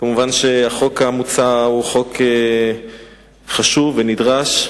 כמובן שהחוק המוצע הוא חוק חשוב ונדרש,